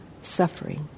suffering